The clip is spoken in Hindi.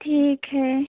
ठीक है